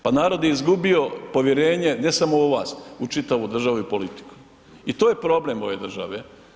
Pa narod je izgubio povjerenje ne samo u vas, u čitavu državu i politiku i to je problem ove države.